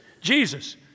Jesus